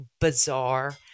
bizarre